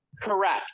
Correct